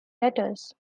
letters